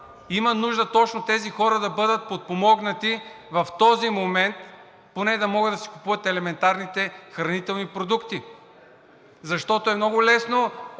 има нужда точно тези хора да бъдат подпомогнати в този момент поне да могат да си купуват елементарните хранителни продукти. Защото е много лесно от